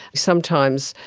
sometimes,